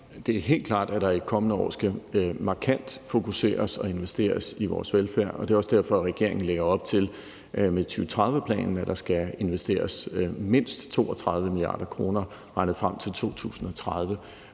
Det er helt klart, at der i de kommende år markant skal fokuseres på og investeres i vores velfærd. Det er også derfor, at regeringen med 2030-planen lægger op til, at der skal investeres mindst 32 mia. kr. frem til 2030